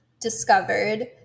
discovered